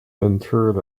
interred